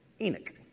Enoch